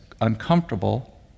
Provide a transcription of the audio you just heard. uncomfortable